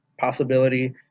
possibility